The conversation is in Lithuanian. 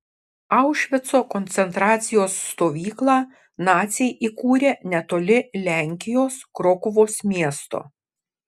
aušvico koncentracijos stovyklą naciai įkūrė netoli lenkijos krokuvos miesto